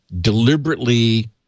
deliberately